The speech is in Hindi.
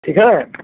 ठीक है